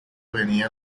venía